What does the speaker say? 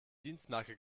dienstmarke